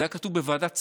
זה היה כתוב בוועדת צדוק.